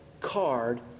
card